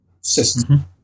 system